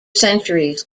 centuries